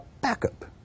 backup